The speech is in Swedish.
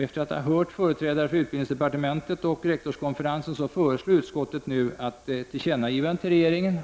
Efter att ha hört företrädare för utbildningsdepartementet och rektorskonferensen föreslår utskottet nu ett tillkännagivande till regeringen.